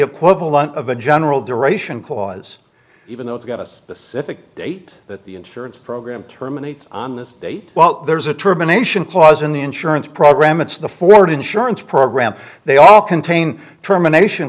equivalent of a general duration clause even though it's got us the date that the insurance program terminate on this date well there's a termination clause in the insurance program it's the forward insurance program they all contain termination